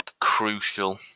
crucial